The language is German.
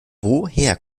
woher